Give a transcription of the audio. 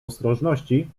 ostrożności